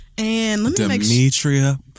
Demetria